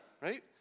right